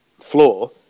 floor